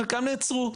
חלקם נעצרו,